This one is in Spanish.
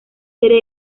serie